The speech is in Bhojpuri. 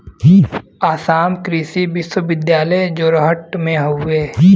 आसाम कृषि विश्वविद्यालय जोरहट में हउवे